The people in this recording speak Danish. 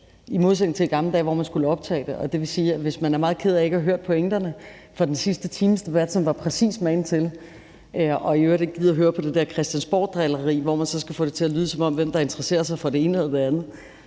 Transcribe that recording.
i modsætning til i gamle dage, hvor man skulle optage det. Det vil sige, at hvis man er meget ked af ikke at have hørt pointerne fra den sidste times debat, som var præcis magen til, og i øvrigt ikke gider at høre på det der christiansborgdrilleri, hvor man prøver at tegne et billede af, hvem der interesserer sig for det ene og det andet,